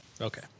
Okay